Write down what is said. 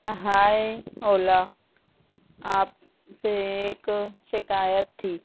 ہائے اولا آپ سے ایک شکایت تھی